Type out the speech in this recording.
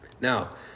Now